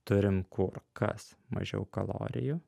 turim kur kas mažiau kalorijų